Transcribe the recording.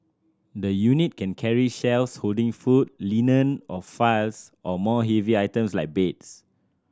the unit can carry shelves holding food linen or files or more heavy items like beds